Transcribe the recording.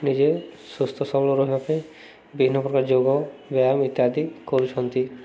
ନିଜେ ସୁସ୍ଥ ସବଳ ରହିବା ପାଇଁ ବିଭିନ୍ନ ପ୍ରକାର ଯୋଗ ବ୍ୟାୟାମ ଇତ୍ୟାଦି କରୁଛନ୍ତି